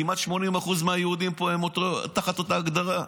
כמעט 80% מהיהודים פה הם תחת אותה הגדרה.